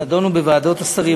שנדונו בוועדות השרים.